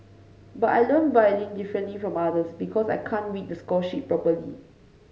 but I learn violin differently from others because I can't read the score sheet properly